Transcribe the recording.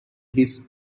his